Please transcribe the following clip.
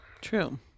True